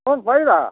phone কৰিবা